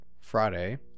Friday